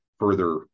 Further